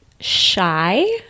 shy